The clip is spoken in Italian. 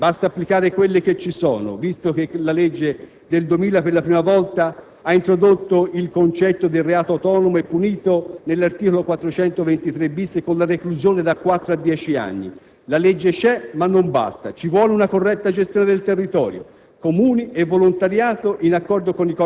Per combattere i piromani non servono nuove leggi; basta applicare quelle che ci sono, visto che la citata legge del 2000 per la prima volta ha introdotto il concetto del reato autonomo e punito, nell'articolo 423-*bis* del codice penale, con la reclusione da quattro a dieci anni. La legge c'è, ma non basta. Ci vuole una corretta gestione del territorio: